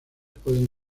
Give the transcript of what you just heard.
pueden